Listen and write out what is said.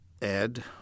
Ed